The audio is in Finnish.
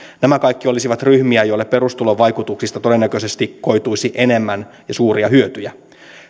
nämä kaikki olisivat ryhmiä joille perustulon vaikutuksista todennäköisesti koituisi enemmän ja suuria hyötyjä